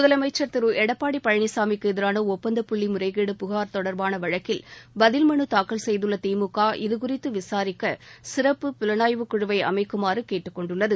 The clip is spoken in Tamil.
முதலமைச்சர் திரு எடப்பாடி பழனிச்சாமிக்கு எதிரான ஒப்பந்தப் புள்ளி முறைகேடு புகார் தொடர்பாள வழக்கில் பதில் மனு தாக்கல் செய்துள்ள திமுக இதுகுறித்து விசாரிக்க சிறப்பு புலனாய்வுக்குழுவை அமைக்குமாறு கேட்டுக் கொண்டுள்ளது